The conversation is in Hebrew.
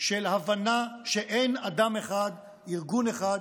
של ההבנה שאין אדם אחד, ארגון אחד,